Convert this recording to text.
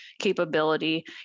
capability